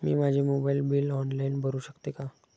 मी माझे mobile bill online भरू शकते का?